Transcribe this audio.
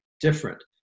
different